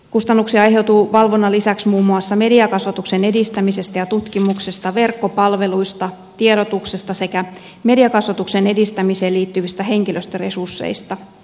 kustannuksia aiheutuu valvonnan lisäksi muun muassa mediakasvatuksen edistämisestä ja tutkimuksesta verkkopalveluista tiedotuksesta sekä mediakasvatuksen edistämiseen liittyvistä henkilöstöresursseista